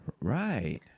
Right